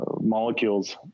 molecules